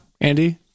Andy